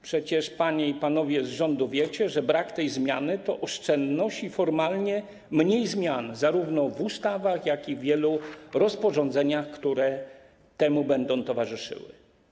Przecież panie i panowie z rządu wiecie, że brak tej zmiany to oszczędność i formalnie mniej zmian zarówno w ustawach, jak i w wielu rozporządzeniach, które będą temu towarzyszyły.